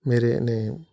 میرے نہیں